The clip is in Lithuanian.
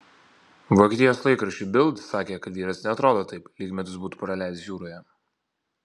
vokietijos laikraščiui bild sakė kad vyras neatrodo taip lyg metus būtų praleidęs jūroje